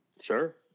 Sure